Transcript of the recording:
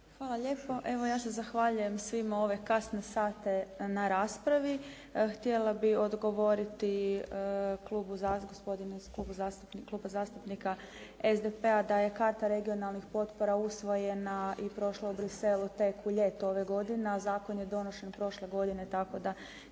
Hvala lijepo. Evo ja se zahvaljujem svima u ove kasne sate na raspravi. Htjela bih odgovoriti gospodinu iz Kluba zastupnika SDP-a da je kata regionalnih potpora usvojena i prošla u Bruxelles-u tek u ljeto ove godine, a zakon je donesen prošle godine, tako da